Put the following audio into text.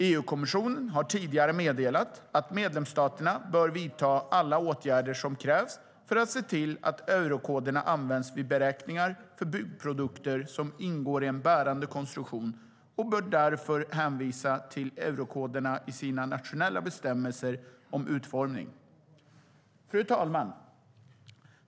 EU-kommissionen har tidigare meddelat att medlemsstaterna bör vidta alla åtgärder som krävs för att se till att eurokoderna används vid beräkningar för byggprodukter som ingår i en bärande konstruktion, och de bör därför hänvisa till eurokoderna i sina nationella bestämmelser om utformning. Fru talman!